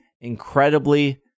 incredibly